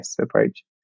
approach